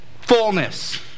fullness